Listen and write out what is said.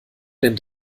denn